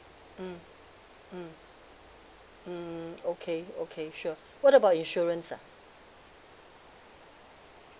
mm mm hmm okay okay sure what about insurance ah